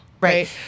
Right